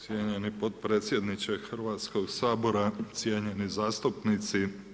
Cijenjeni potpredsjedniče Hrvatskog sabora, cijenjeni zastupnici.